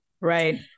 Right